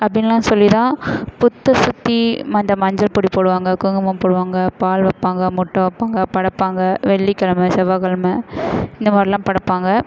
அப்படின்லாம் சொல்லி தான் புற்றை சுற்றி அந்த மஞ்சள் பொடி போடுவாங்க குங்குமம் போடுவாங்க பால் வைப்பாங்க முட்டை வைப்பாங்க படைப்பாங்க வெள்ளிக் கிழம செவ்வாய் கெழம இந்த மாதிரிலாம் படைப்பாங்க